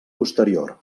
posterior